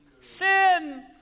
Sin